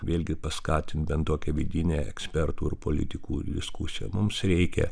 vėlgi paskatint bent tokią vidinę ekspertų ir politikų diskusiją mums reikia